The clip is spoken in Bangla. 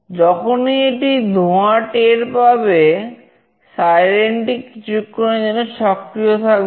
যখনই এটি ধোঁয়া টের পাবে সাইরেন টি কিছুক্ষণের জন্য সক্রিয় থাকবে